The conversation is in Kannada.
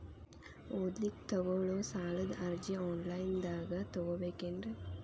ಓದಲಿಕ್ಕೆ ತಗೊಳ್ಳೋ ಸಾಲದ ಅರ್ಜಿ ಆನ್ಲೈನ್ದಾಗ ತಗೊಬೇಕೇನ್ರಿ?